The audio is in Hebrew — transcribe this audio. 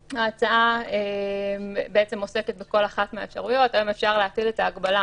ההצעה עוסקת בכל אחת מהאפשרויות היום אפשר להטיל את ההגבלה